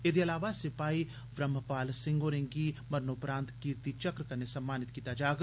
एदे इलावा सिपाई व्रहम पाल सिंह होरें गी मरणोपरात कीर्ति चक्र कन्ने सम्मानित कीता जाग